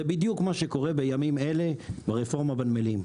זה בדיוק מה שקורה בימים אלה ברפורמה בנמלים.